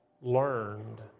learned